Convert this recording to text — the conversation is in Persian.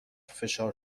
فشار